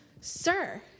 Sir